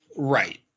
Right